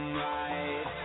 right